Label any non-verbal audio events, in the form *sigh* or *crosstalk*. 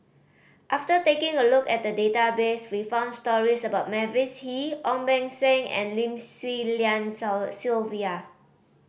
after taking a look at the database we found stories about Mavis Hee Ong Beng Seng and Lim Swee Lian *unintelligible* Sylvia